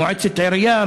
מועצת עירייה,